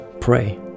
pray